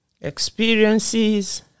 experiences